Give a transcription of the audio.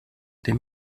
dem